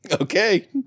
Okay